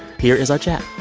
here is our chat